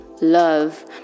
love